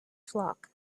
flock